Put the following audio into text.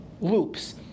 loops